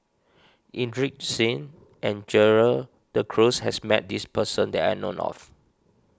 Inderjit Singh and Gerald De Cruz has met this person that I know of